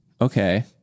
Okay